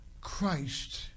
Christ